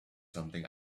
something